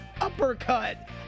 uppercut